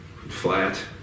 flat